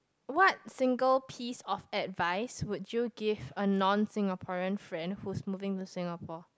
what single piece of advice would you give a non Singaporean friend who's moving to Singapore